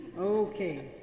Okay